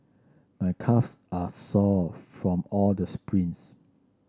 my calves are sore from all the sprints